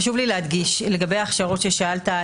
חשוב לי להדגיש לגבי ההכשרות ששאלת,